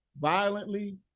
violently